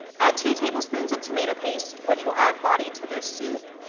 add two tablespoons of tomato paste, which will add body to this soup.